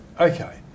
okay